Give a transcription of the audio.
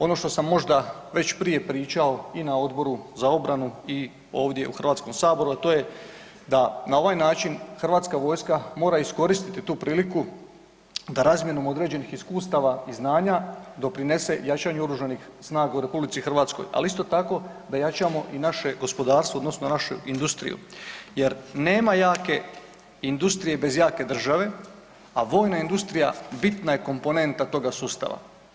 Ono što sam možda već prije pričao i na Odboru za obranu i ovdje u HS-u, a to je da na ovaj način hrvatska vojska mora iskoristiti tu priliku da razmjenom određenih iskustava i znanja doprinese jačanju Oružanih snaga u RH, ali isto tako da jačamo i naše gospodarstvo odnosno našu industriju jer nema jake industrije bez jake države, a vojna industrija bitna je komponenta toga sustava.